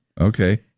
Okay